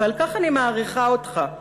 ועל כך אני מעריכה אותך,